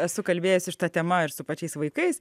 esu kalbėjusi šita tema ir su pačiais vaikais